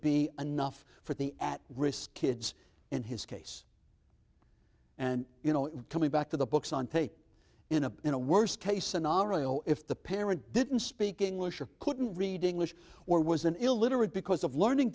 be enough for the at risk kids in his case and you know coming back to the books on tape in a in a worst case scenario if the parent didn't speak english or couldn't read english or was an illiterate because of learning